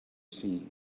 seen